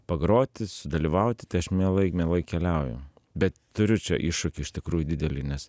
pagroti sudalyvauti tai aš mielai mielai keliauju bet turiu čia iššūkį iš tikrųjų didelį nes